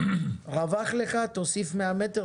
וכאשר רווח לך תוסיף 100 מטר,